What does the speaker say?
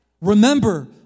Remember